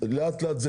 זה קורה לאט-לאט.